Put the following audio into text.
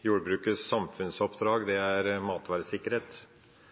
«Jordbrukets samfunnsoppdrag er matvaresikkerhet. Stortingets flertall, Arbeiderpartiet, Senterpartiet, Sosialistisk Venstreparti og Kristelig Folkeparti, beregner dette som sjølforsyningsgraden av jordbruksmat korrigert for import av fôr som er